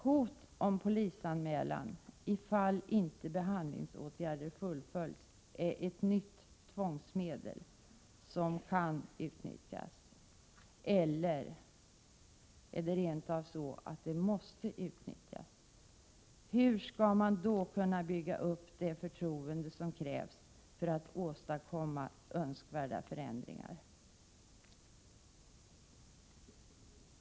Hot om polisanmälan i fall där behandlingsåtgärder inte fullföljs är ett nytt tvångsmedel som kan utnyttjas, eller måste det rent av utnyttjas? Hur skall man då kunna bygga upp det förtroende som krävs för att åstadkomma önskvärda förändringar?